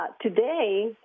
Today